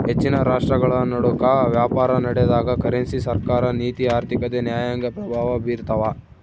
ಹೆಚ್ಚಿನ ರಾಷ್ಟ್ರಗಳನಡುಕ ವ್ಯಾಪಾರನಡೆದಾಗ ಕರೆನ್ಸಿ ಸರ್ಕಾರ ನೀತಿ ಆರ್ಥಿಕತೆ ನ್ಯಾಯಾಂಗ ಪ್ರಭಾವ ಬೀರ್ತವ